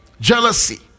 jealousy